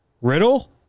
Riddle